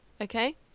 okay